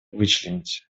вычленить